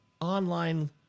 online